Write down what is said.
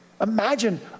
Imagine